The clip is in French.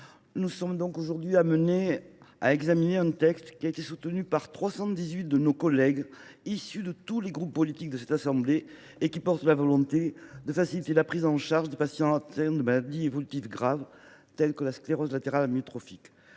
nous examinons aujourd’hui, qui est soutenu par 318 de nos collègues, issus de tous les groupes politiques de cette assemblée, témoigne de la volonté de faciliter la prise en charge des patients atteints de maladies évolutives graves, telle la sclérose latérale amyotrophique.